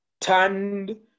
turned